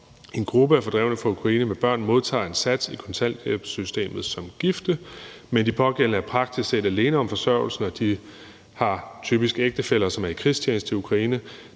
En gruppe af fordrevne fra Ukraine med børn modtager en sats i kontanthjælpssystemet som gifte, men de pågældende er praktisk set alene om forsørgelsen, og de har typisk ægtefæller, som er i krigstjeneste i Ukraine.